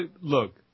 look